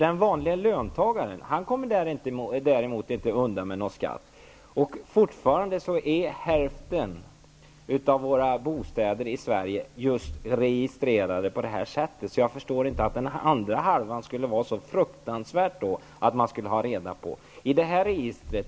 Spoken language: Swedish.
Den vanliga löntagaren kommer inte undan skatt. Hälften av bostäderna i Sverige är registrerade på det sätt som jag talar om, så jag förstår inte varför det skulle vara så fruktansvärt att göra ett register över den andra hälften av lägenhetsbeståndet.